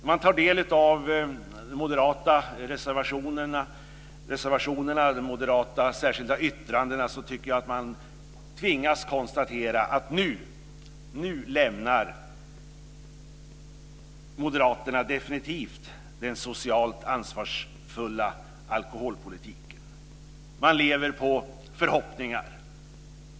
Om man tar del av de moderata reservationerna och de moderata särskilda yttrandena tycker jag att man tvingas konstatera att nu lämnar Moderaterna definitivt den socialt ansvarsfulla alkoholpolitiken. Man lever på förhoppningar.